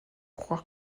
croire